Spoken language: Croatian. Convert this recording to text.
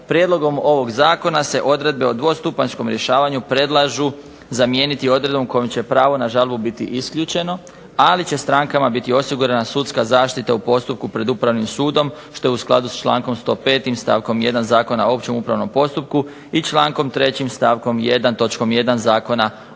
prijedlogom ovog zakona se odredbe o dvostupanjskom rješavanju predlažu zamijeniti odredbom kojom će pravo na žalbu biti isključeno, ali će strankama biti osigurana sudska zaštita u postupku pred upravnim sudom, što je u skladu s člankom 105. stavkom 1. Zakona o općem upravnom postupku, i člankom 3. stavkom 1. točkom 1. Zakona o upravnim sporovima.